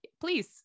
please